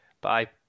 Bye